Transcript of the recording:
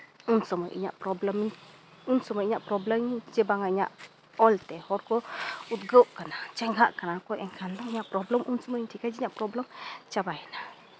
ᱩᱱ ᱥᱚᱢᱚᱭ ᱤᱧᱟᱹᱜ ᱯᱨᱚᱵᱞᱮᱢᱤᱧ ᱩᱱ ᱥᱚᱢᱚᱭ ᱤᱧᱟᱹᱜ ᱯᱨᱚᱵᱞᱮᱢᱤᱧ ᱡᱮ ᱵᱟᱝᱟ ᱤᱧᱟᱹᱜ ᱚᱞᱛᱮ ᱦᱚᱲ ᱠᱚ ᱩᱫᱽᱜᱟᱹᱣᱚᱜ ᱠᱟᱱᱟ ᱪᱮᱸᱜᱷᱟᱜ ᱠᱟᱱᱟ ᱠᱚ ᱮᱱᱠᱷᱟᱱ ᱫᱚ ᱤᱧᱟᱹᱜ ᱯᱨᱚᱵᱞᱮᱢ ᱩᱱ ᱥᱚᱢᱚᱭ ᱴᱷᱤᱠᱟᱹᱭᱟ ᱡᱮ ᱤᱧᱟᱹᱜ ᱯᱨᱚᱵᱞᱮᱢ ᱪᱟᱵᱟᱭᱮᱱᱟ